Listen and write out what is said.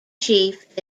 chief